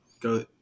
go